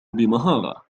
بمهارة